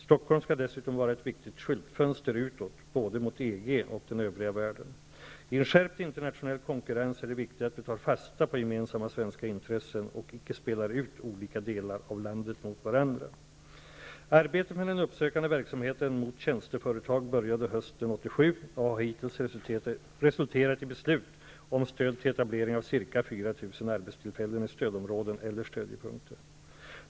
Stockholm skall dessutom vara ett viktigt ''skyltfönster'' utåt -- både mot EG och mot den övriga världen. I en skärpt internationell konkurrens är det viktigt att vi tar fasta på gemensamma svenska intressen och inte spelar ut olika delar av landet mot varandra. Arbetet med den uppsökande verksamheten riktad mot tjänsteföretag började hösten 1987 och har hittills resulterat i beslut om stöd till etablering av ca 4 000 arbetstillfällen i stödområden eller stödjepunkter.